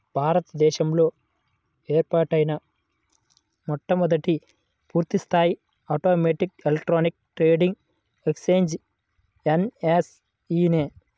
భారత దేశంలో ఏర్పాటైన మొట్టమొదటి పూర్తిస్థాయి automatic electronic trading exchange NSE నే